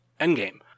Endgame